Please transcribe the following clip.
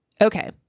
Okay